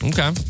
Okay